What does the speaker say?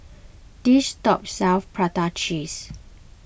this shop sells Prata Cheese